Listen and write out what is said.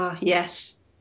Yes